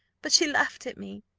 but she laughed at me.